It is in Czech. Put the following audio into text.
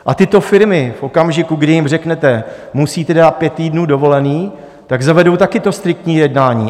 A tyto firmy v okamžiku, kdy jim řeknete: Musíte dát pět týdnů dovolené, tak zavedou také to striktní jednání.